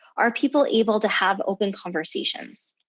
are people able to have open conversations?